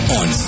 on